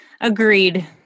Agreed